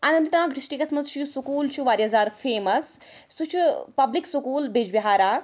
Anant Nag district مَنٛز چھِ یُس سکول چھُ واریاہ زیادٕ فیمَس سُہ چھُ پَبلِک سکول بِجبِہارا